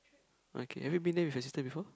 okay have you been there with your sister before